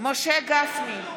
משה גפני,